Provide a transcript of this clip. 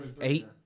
Eight